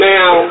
Now